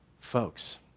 Folks